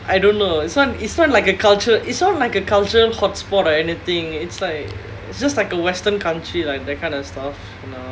I don't know it's not it's not like a culture it's not like a cultural hotspot or anything it's like just like a western country like that kind of stuff lah